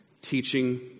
teaching